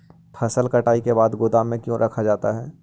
फसल कटाई के बाद गोदाम में क्यों रखा जाता है?